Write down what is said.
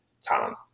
talent